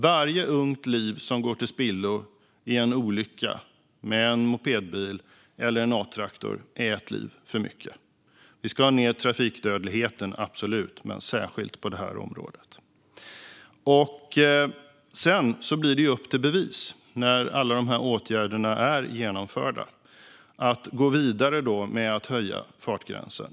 Varje ungt liv som går till spillo i en olycka med en mopedbil eller en A-traktor är ett för mycket. Vi ska ha ned trafikdödligheten, särskilt på det här området. När alla de åtgärderna är genomförda blir det upp till bevis i fråga om att höja fartgränsen.